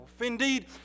Indeed